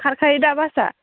खारखायो दा बासआ